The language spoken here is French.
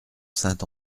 saint